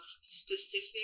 specific